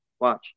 Watch